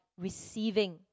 receiving